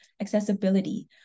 accessibility